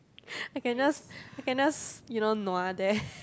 I can just I can just you know nua there